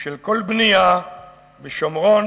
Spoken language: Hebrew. של כל בנייה בשומרון,